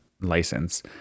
license